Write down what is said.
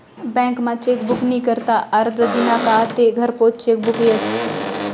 बँकमा चेकबुक नी करता आरजं दिना का आते घरपोच चेकबुक यस